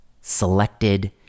selected